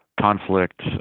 conflict